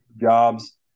jobs